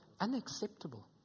Unacceptable